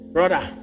Brother